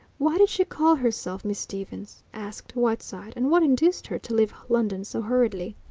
why did she call herself miss stevens? asked whiteside. and what induced her to leave london so hurriedly?